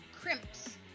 crimps